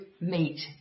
meet